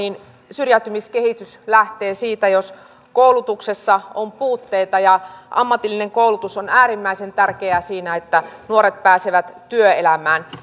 syrjäytymiskehitys lähtee siitä jos koulutuksessa on puutteita ja ammatillinen koulutus on äärimmäisen tärkeä siinä että nuoret pääsevät työelämään